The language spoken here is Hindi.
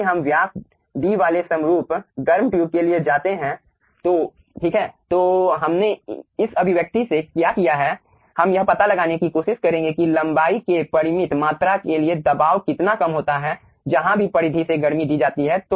यदि हम व्यास D वाले समरूप गर्म ट्यूब के लिए जाते हैं ठीक तो हमने इस अभिव्यक्ति से क्या किया है हम यह पता लगाने कि कोशिश करेंगे कि लंबाई के परिमित मात्रा के लिए दबाव कितना कम होता है जहां भी परिधि से गर्मी दी जाती है